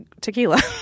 tequila